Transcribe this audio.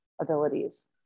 abilities